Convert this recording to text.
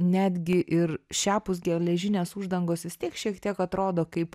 netgi ir šiapus geležinės uždangos vis tiek šiek tiek atrodo kaip